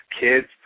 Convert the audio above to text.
kids